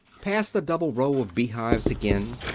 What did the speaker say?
past the double row of beehives again,